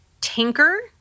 tinker